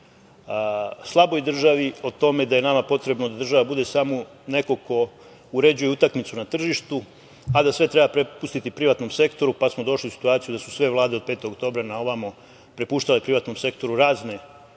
slaboj državi, o tome da je nama potrebno da država bude samo neko ko uređuje utakmicu na tržištu, a da sve treba prepustiti privatnom sektoru, pa smo došli u situaciju da su sve vlade od 5. oktobra na ovamo prepuštale privatnom sektoru razne